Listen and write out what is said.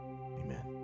Amen